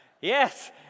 Yes